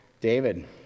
David